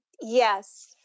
Yes